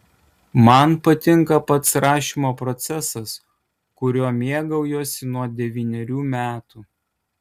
man patinka pats rašymo procesas kuriuo mėgaujuosi nuo devynerių metų